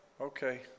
Okay